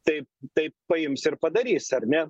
taip taip paims ir padarys ar ne